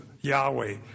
Yahweh